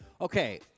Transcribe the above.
Okay